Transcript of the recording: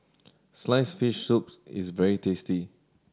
sliced fish soup is very tasty